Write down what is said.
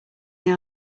they